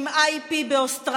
מפיצי מחלות,